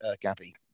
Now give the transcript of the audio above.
Gabby